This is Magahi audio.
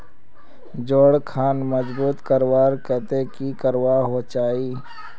जोड़ खान मजबूत करवार केते की करवा होचए?